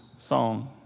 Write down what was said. song